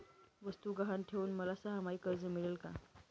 वस्तू गहाण ठेवून मला सहामाही कर्ज मिळेल का?